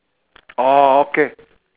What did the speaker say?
orh okay